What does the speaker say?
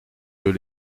peux